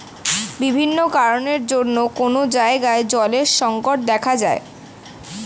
বিভিন্ন কারণের জন্যে কোন জায়গায় জলের সংকট দেখা যায়